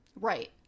Right